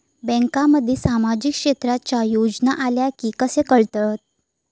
बँकांमध्ये सामाजिक क्षेत्रांच्या योजना आल्या की कसे कळतत?